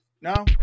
No